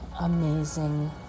amazing